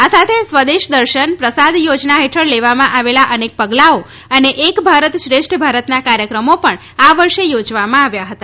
આ સાથે સ્વદેશ દર્શન પ્રસાદ યોજના હેઠળ લેવામાં આવેલા અનેક પગલાઓ અને એક ભારત શ્રેષ્ઠ ભારતના કાર્યક્રમો પણ આ વર્ષ યોજવામાં આવ્યા હતા